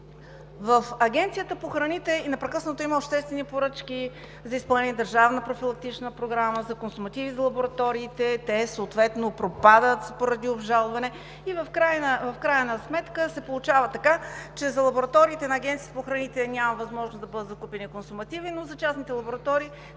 В Агенцията по храните непрекъснато има обществени поръчки за изпълнение на държавна профилактична програма, за консумативи за лабораториите – те съответно пропадат поради обжалване. В крайна сметка се получава така, че за лабораториите на Агенцията по храните няма възможност да бъдат закупени консумативи, но за частните лаборатории